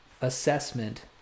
assessment